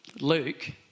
Luke